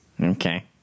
okay